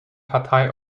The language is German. partei